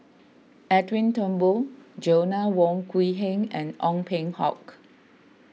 Edwin Thumboo Joanna Wong Quee Heng and Ong Peng Hock